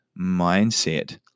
mindset